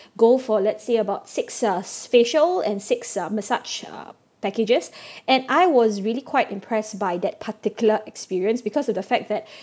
go for let's say about six uh s~ facial and six uh massage uh packages and I was really quite impressed by that particular experience because of the fact that